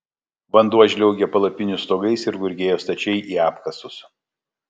vanduo žliaugė palapinių stogais ir gurgėjo stačiai į apkasus